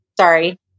Sorry